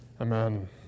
Amen